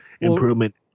improvement